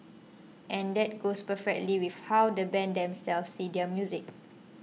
and that goes perfectly with how the band themselves see their music